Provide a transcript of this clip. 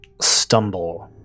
stumble